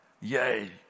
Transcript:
Yay